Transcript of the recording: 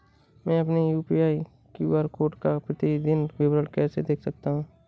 मैं अपनी UPI QR code का प्रतीदीन विवरण कैसे देख सकता हूँ?